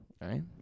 Right